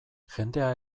jendea